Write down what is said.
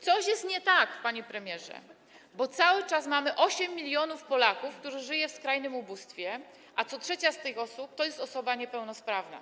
Coś jest nie tak, panie premierze, bo cały czas mamy 8 mln Polaków, którzy żyją w skrajnym ubóstwie, a co trzecia z tych osób jest osobą niepełnosprawną.